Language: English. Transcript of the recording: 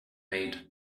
made